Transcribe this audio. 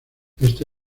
esta